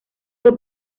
fue